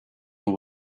dans